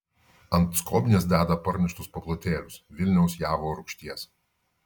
ant skobnies deda parneštus paplotėlius vilniaus javo rūgšties